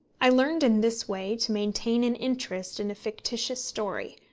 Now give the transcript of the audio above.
i learned in this way to maintain an interest in a fictitious story,